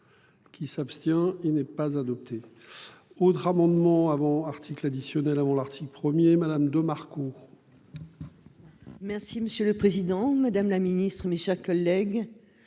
Qui s'abstient. Il n'est pas adopté. Au drame Mandement avant article additionnel avant l'article 1er Madame de Marco. Merci, monsieur le Président Madame la Ministre, mes chers collègues.